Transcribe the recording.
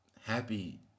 happy